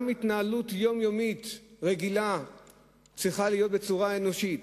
גם התנהלות יומיומית רגילה צריכה להיות אנושית,